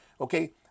Okay